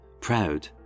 proud